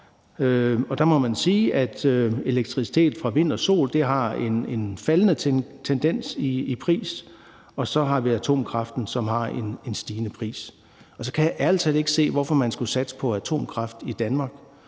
og man må sige, at elektricitet fra vind og sol har en faldende tendens i pris, og har vi atomkraften, som har en stigende pristendens. Og så kan jeg ærlig talt ikke se, hvorfor man skulle satse på atomkraft i Danmark,